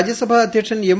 രാജ്യസഭാ അധ്യക്ഷൻ എം